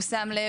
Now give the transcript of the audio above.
הוא שם לב,